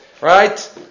Right